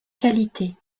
qualité